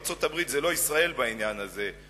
ארצות-הברית זה לא ישראל בעניין הזה.